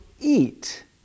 eat